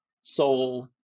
soul